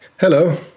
Hello